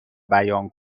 بیان